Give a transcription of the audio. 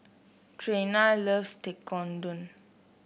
Trena loves Tekkadon